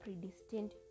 predestined